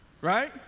right